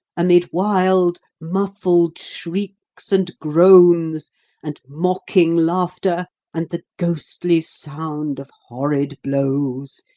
amid wild muffled shrieks and groans and mocking laughter and the ghostly sound of horrid blows,